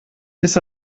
bis